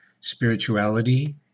spirituality